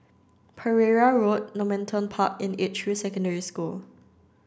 Pereira Road Normanton Park and Edgefield Secondary School